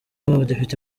abadepite